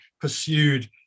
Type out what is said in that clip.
pursued